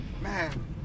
Man